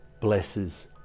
blesses